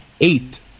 eight